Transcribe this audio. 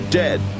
dead